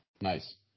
Nice